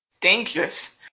dangerous